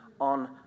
on